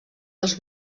els